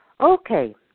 Okay